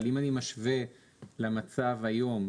אבל אם אני משווה למצב היום,